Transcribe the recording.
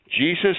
Jesus